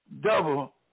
Double